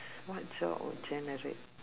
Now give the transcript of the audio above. what job will generate